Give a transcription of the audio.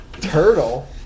Turtle